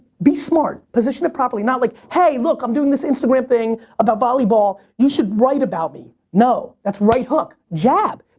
be smart, position it properly not like, hey, look, i'm doing this instagram thing about volleyball. you should write about it. no, that's right hook. jab!